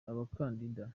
abakandida